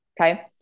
Okay